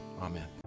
amen